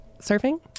Surfing